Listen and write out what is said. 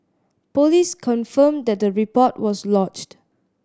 police confirmed that the report was lodged